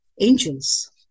angels